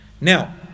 Now